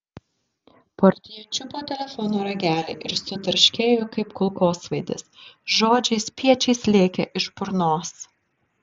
portjė čiupo telefono ragelį ir sutarškėjo kaip kulkosvaidis žodžiai spiečiais lėkė iš burnos